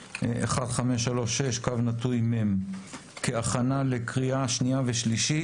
(מ/1536), כהכנה לקריאה שנייה ושלישית.